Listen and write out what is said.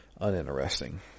uninteresting